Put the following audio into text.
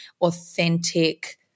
authentic